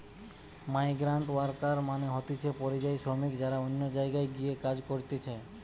migrant worker মানে হতিছে পরিযায়ী শ্রমিক যারা অন্য জায়গায় গিয়ে কাজ করতিছে